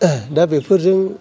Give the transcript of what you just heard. दा बेफोरजों